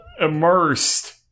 immersed